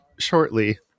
shortly